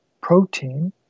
protein